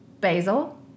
basil